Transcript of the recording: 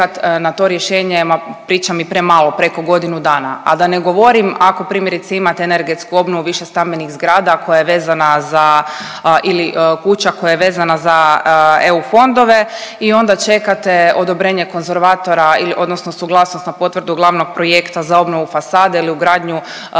na to rješenje ma pričam i premalo preko godinu dana, a da ne govorim ako primjerice imate energetsku obnovu višestambenih zgrada koja je vezana za ili kuća koja je vezana za EU fondove i onda čekate odobrenje konzervatora ili odnosno suglasnost na potvrdu glavnog projekta za obnovu fasade ili ugradnju